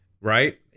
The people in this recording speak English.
Right